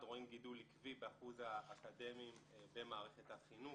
רואים גידול עקבי באחוז האקדמאים במערכת החינוך.